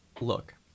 Look